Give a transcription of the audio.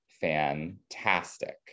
fantastic